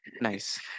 Nice